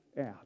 out